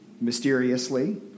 mysteriously